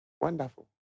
Wonderful